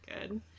Good